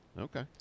Okay